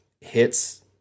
hits